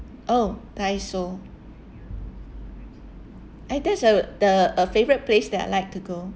oh Daiso eh that's a the a favorite place that I like to go